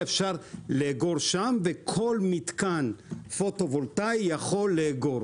אפשר לאגור שם וכל מתקן פוטו וולטאי יכול לאגור.